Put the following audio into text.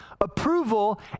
approval